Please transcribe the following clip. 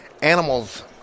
Animals